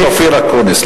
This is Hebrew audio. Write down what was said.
חבר הכנסת אופיר אקוניס,